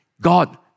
God